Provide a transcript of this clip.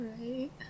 Right